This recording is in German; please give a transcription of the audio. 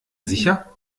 sicher